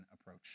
approach